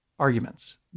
arguments